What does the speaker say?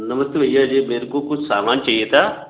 नमस्ते भैया जी मेरे को कुछ सामान चाहिए था